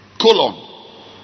Colon